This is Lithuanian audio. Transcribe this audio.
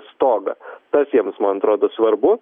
stogą tas jiems man atrodo svarbu